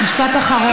משפט אחרון.